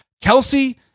Kelsey